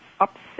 upset